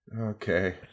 Okay